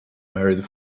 married